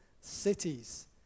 cities